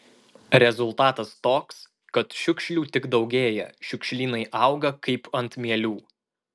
rezultatas toks kad šiukšlių tik daugėja šiukšlynai auga kaip ant mielių